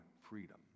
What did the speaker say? freedom